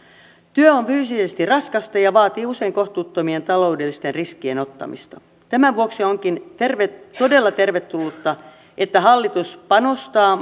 työ on fyysisesti raskasta ja vaatii usein kohtuuttomien taloudellisten riskien ottamista tämän vuoksi onkin todella tervetullutta että hallitus panostaa